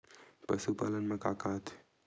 पशुपालन मा का का आथे?